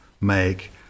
make